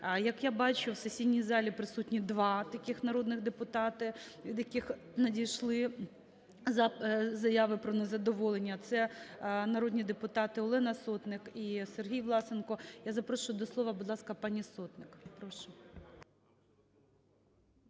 Як я бачу, в сесійній залі присутні два таких народних депутати, від яких надійшли заяви про незадоволення. Це народні депутати Олена Сотник і Сергій Власенко. Я запрошую до слова, будь ласка, пані Сотник.